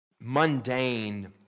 mundane